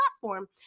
platform